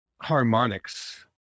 harmonics